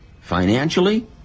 financially